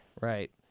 Right